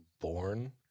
born